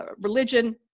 religion